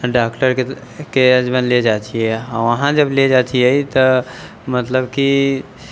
डॉक्टरके ले जाइ छियै वहाँ जब ले जाइ छियै तऽ मतलब कि